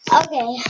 okay